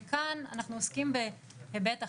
וכאן אנחנו עוסקים בהיבט אחר,